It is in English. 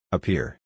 Appear